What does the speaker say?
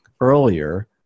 earlier